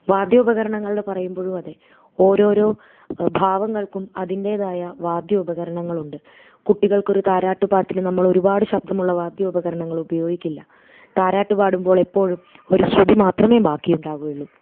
വാദ്യോപകരണങ്ങളിൽ പറയുമ്പോഴും അതേ ഓരോരോ ഭാവങ്ങൾക്കും അതിൻ്റേതായ വാദ്യോപകരണങ്ങൾ ഉണ്ട് കുട്ടികൾക്ക് ഒരു താരാട്ടുപാട്ടിൽ നമ്മൾ ഒരുപാട് ശബ്ദമുള്ള വാദ്യോപകരണങ്ങൾ ഉപയോഗിക്കില്ല താരാട്ട് പാടുമ്പോൾ എപ്പോഴും ഒരു ശ്രുതി മാത്രമേ ബാക്കി ഉണ്ടാവുകയുള്ളൂ